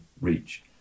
reach